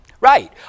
Right